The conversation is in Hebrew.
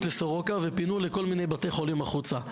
לסורוקה ופינו לכל מיני בתי חולים החוצה.